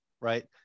Right